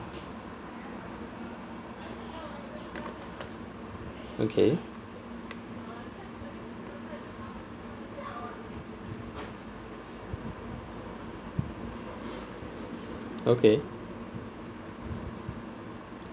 okay